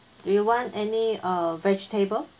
do you want any uh vegetable